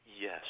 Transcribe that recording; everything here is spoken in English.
Yes